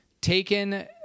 taken